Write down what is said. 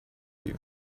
you